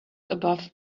about